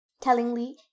Tellingly